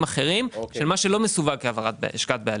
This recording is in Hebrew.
אחרים של מה שלא מסווג כשהשקעת בעלים.